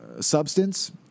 substance